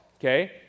okay